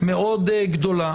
מאוד גדולה.